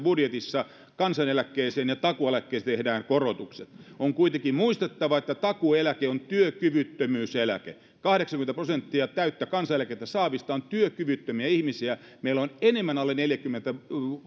budjetissa kansaneläkkeeseen ja takuueläkkeeseen tehdään korotukset on kuitenkin muistettava että takuueläke on työkyvyttömyyseläke kahdeksankymmentä prosenttia täyttä kansaneläkettä saavista on työkyvyttömiä ihmisiä meillä on enemmän alle neljäkymmentä